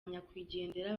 nyakwigendera